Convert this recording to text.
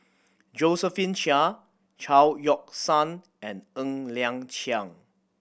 Josephine Chia Chao Yoke San and Ng Liang Chiang